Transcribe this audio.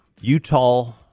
utah